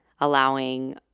allowing